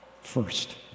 First